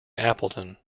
appleton